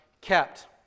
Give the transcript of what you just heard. kept